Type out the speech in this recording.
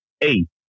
eight